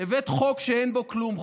הבאת חוק שאין בו כלום,